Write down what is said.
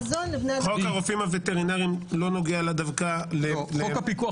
חוק הרופאים הווטרינריים- -- חוק הפיקוח